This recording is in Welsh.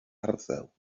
arddel